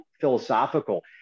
philosophical